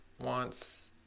wants